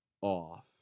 off